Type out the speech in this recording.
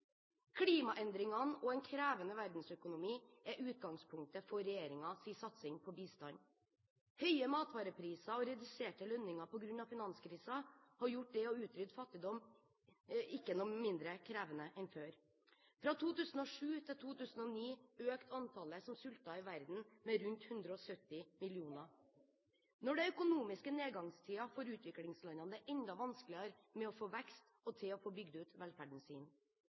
Klimaendringene og en krevende verdensøkonomi er utgangspunktet for regjeringens satsing på bistand. Høye matvarepriser og reduserte lønninger på grunn av finanskrisen har ikke gjort det å utrydde fattigdom noe mindre krevende enn før. Fra 2007 til 2009 økte antallet som sulter i verden, med rundt 170 millioner. Når det er økonomiske nedgangstider for utviklingslandene, er det enda vanskeligere å få vekst til å få bygd ut velferden.